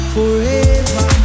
Forever